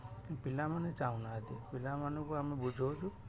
ପିଲାମାନେ ଚାହୁଁନାହାନ୍ତି ପିଲାମାନଙ୍କୁ ଆମେ ବୁଝାଉଛୁ